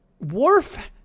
Worf